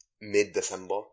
mid-December